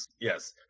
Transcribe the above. yes